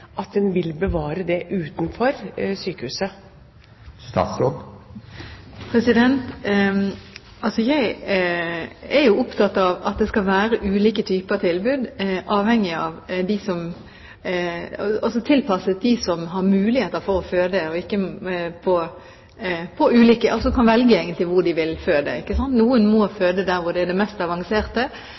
at en vil bevare det utenfor sykehuset? Jeg er opptatt av at det skal være ulike typer tilbud, slik at de som skal føde, har muligheter til å velge hvor de vil føde. Noen må føde der hvor utstyret er mest avansert, og de må få gjøre det. Jeg er opptatt av at man skal videreføre de ulike typer tilbud. Som jeg sier i svaret mitt, er det